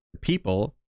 people